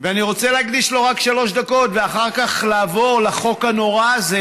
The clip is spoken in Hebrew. ואני רוצה להקדיש לו רק שלוש דקות ואחר כך לעבור לחוק הנורא הזה,